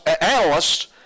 analysts